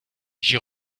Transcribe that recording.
j’y